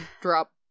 drop